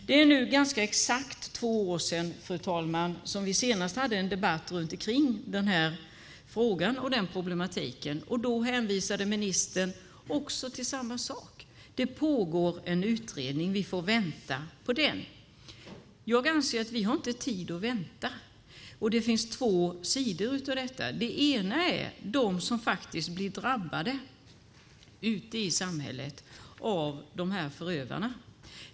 Det är nu ganska exakt två år sedan, fru talman, som vi senast hade en debatt om den här frågan och den här problematiken. Då hänvisade ministern till samma sak. Det pågår en utredning. Vi får vänta på den. Jag anser att vi inte har tid att vänta. Det finns två sidor av detta. Det ena gäller dem som faktiskt blir drabbade ute i samhället av de här förövarna.